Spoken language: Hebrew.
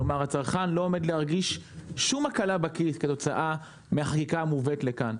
כלומר הצרכן לא עומד להרגיש שום הקלה בכיס כתוצאה מהחקיקה המובאת לכאן.